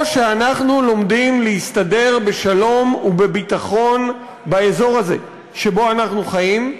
או שאנחנו לומדים להסתדר בשלום ובביטחון באזור הזה שבו אנחנו חיים,